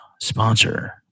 sponsor